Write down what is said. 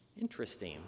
Interesting